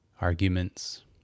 arguments